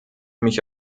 mich